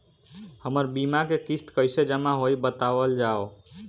हमर बीमा के किस्त कइसे जमा होई बतावल जाओ?